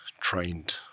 trained